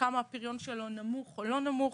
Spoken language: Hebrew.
כמה הפריון שלו נמוך או לא נמוך.